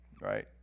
right